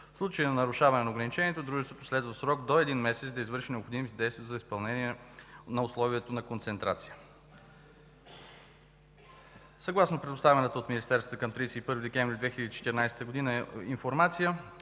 В случай на нарушаване на ограничението дружеството следва в срок до един месец да извърши необходимите действия за изпълнение на условията на концентрация. Съгласно предоставената от Министерството към 31 декември 2014 г. информация